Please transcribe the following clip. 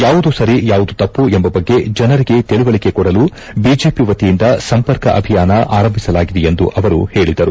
ಯಾವುದು ಸರಿ ಯಾವುದು ತಪ್ಪು ಎಂಬ ಬಗ್ಗೆ ಜನರಿಗೆ ತಿಳವಳಿಕೆ ಕೊಡಲು ಬಿಜೆಪಿ ವತಿಯಿಂದ ಸಂಪರ್ಕ ಅಭಿಯಾನ ಆರಂಭಿಸಲಾಗಿದೆ ಎಂದು ಅವರು ಹೇಳಿದರು